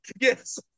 Yes